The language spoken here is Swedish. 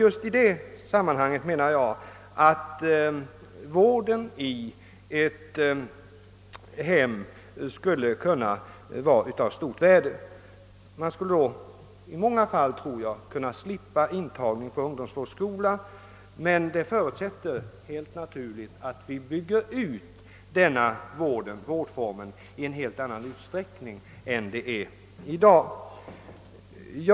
Just i det sammanhanget menar jag att vården i ett hem skulle kunna vara av stor betydelse — i många fall torde man då kunna slippa intagning på ungdomsvårdsskola. Detta förutsätter då helt naturligt att vi bygger ut denna vårdform i en helt annan utsträckning än vad som sker i dag.